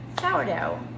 sourdough